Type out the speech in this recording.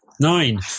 Nine